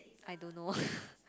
I don't know